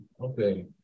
Okay